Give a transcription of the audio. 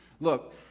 Look